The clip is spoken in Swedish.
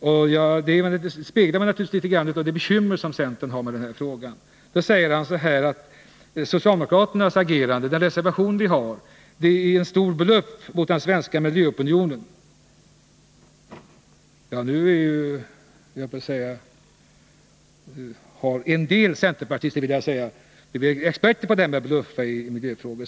Uttalandet speglar något av de bekymmer som centern har i den här frågan. Där sägs om socialdemokraternas agerande och om den reservation vi har avgivit, att detta är en stor bluff mot den svenska miljöopinionen. Jag vill med anledning av det säga att en del centerpartister är experter när det gäller att bluffa i miljöfrågor.